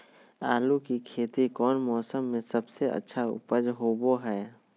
आलू की खेती कौन मौसम में सबसे अच्छा उपज होबो हय?